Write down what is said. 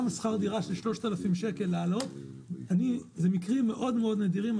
גם שכר דירה של 3,000 שקל זה מקרים נדירים מאוד.